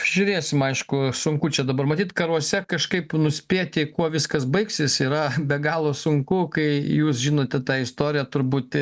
žiūrėsim aišku sunku čia dabar matyt karuose kažkaip nuspėti kuo viskas baigsis yra be galo sunku kai jūs žinote tą istoriją turbūt